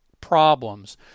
problems